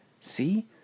See